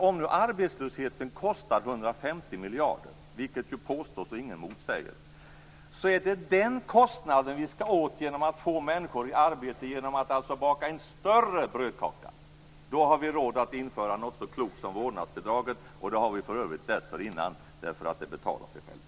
Om nu arbetslösheten kostar 150 miljarder kronor, vilket ju påstås och vilket ingen motsäger, så är det den kostnaden som vi skall åt genom att få människor i arbete och genom att baka en större brödkaka. Då har vi råd att införa något så klokt som vårdnadsbidraget. Det har vi för övrigt dessförinnan också, eftersom det betalar sig självt.